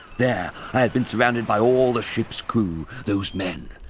there i had been surrounded by all the ship's crew, those men,